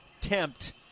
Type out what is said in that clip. tempt